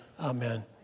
Amen